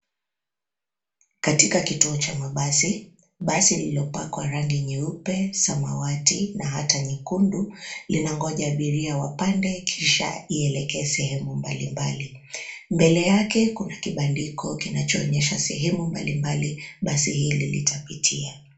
Katika kituo cha mabasi, basi lililopakwa rangi nyeupe , samawati na hata nyekundu, linangoja abiria wapande kisha ielekee sehemu mbalimbali. Mbele yake kuna kibandiko kinachoonyesha sehemu mbalimbali, basi hili litapitia .